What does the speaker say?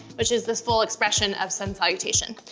which is the full expression of sub salutation.